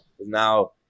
Now